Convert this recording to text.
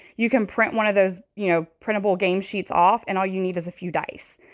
you can print one of those, you know, printable games sheets off and all you need is a few dice.